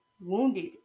wounded